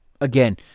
again